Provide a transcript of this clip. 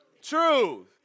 truth